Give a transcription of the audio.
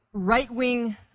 right-wing